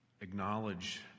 acknowledge